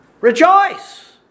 Rejoice